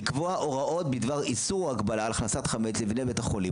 'לקבוע הוראות בדבר איסור או הגבלה על הכנסת חמץ למבנה בית החולים'.